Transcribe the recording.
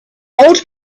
old